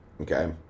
okay